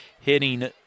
hitting